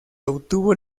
obtuvo